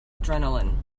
adrenaline